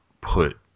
put